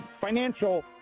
financial